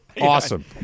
Awesome